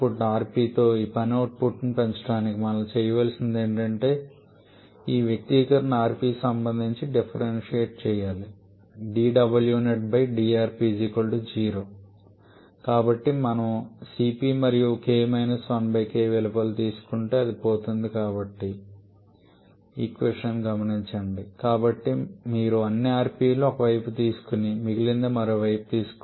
rp తో ఈ పని అవుట్పుట్ను పెంచడానికి మనం చేయవలసింది ఏమిటంటే ఈ వ్యక్తీకరణను rp కి సంబంధించి డిఫరెన్షియేట్ చేయాలి కాబట్టి మనము cp మరియు k - 1 k వెలుపల తీసుకుంటే అది పోతుంది కాబట్టి మనకు కాబట్టి మీరు అన్ని rp ని ఒక వైపు తీసుకొని మిగిలినది మరొక వైపు తీసుకుంటే